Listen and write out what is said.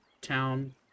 town